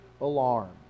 alarmed